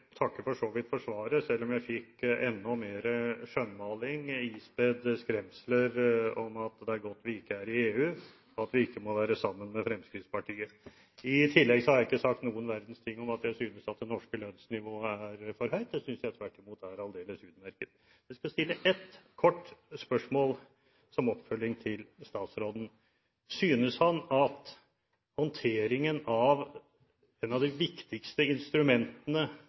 takker for så vidt for svaret, selv om jeg fikk enda mer skjønnmaling, ispedd skremsler om at det er godt vi ikke er i EU, og at vi ikke må være sammen med Fremskrittspartiet. Jeg har heller ikke sagt noen verdens ting om at jeg synes at det norske lønnsnivået er for høyt. Det synes jeg tvert imot er aldeles utmerket. Jeg skal stille ett kort spørsmål som oppfølging til statsråden: Synes han at håndteringen av et av de viktigste instrumentene